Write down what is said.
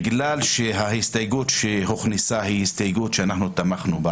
בגלל שההסתייגות שהוכנסה היא הסתייגות שאנחנו תמכנו בה